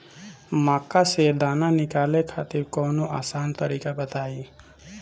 मक्का से दाना निकाले खातिर कवनो आसान तकनीक बताईं?